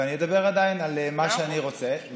ועדיין אני אדבר על מה שאני רוצה,